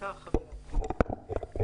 בבקשה.